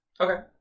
Okay